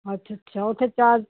ਅੱਛ ਅੱਛਾ ਉੱਥੇ ਚਾਰ